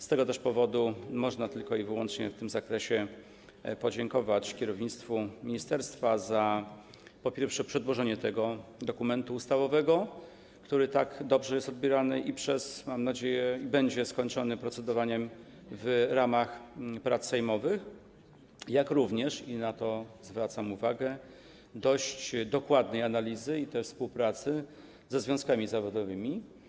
Z tego też powodu można tylko i wyłącznie w tym zakresie podziękować kierownictwu ministerstwa za przedłożenie tego dokumentu ustawowego, który tak dobrze jest odbierany i, mam nadzieję, będzie przedmiotem zakończonego wkrótce procedowania w ramach prac sejmowych, jak również, i na to zwracam uwagę, dość dokładnej analizy i też współpracy ze związkami zawodowymi.